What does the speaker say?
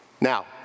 Now